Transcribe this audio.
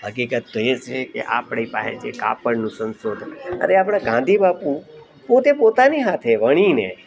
હકીકત તો એ છે કે આપણી પાસે કાપડનું સંશોધન અરે આપણા ગાંધી બાપુ તે પોતાની સાથે વણીને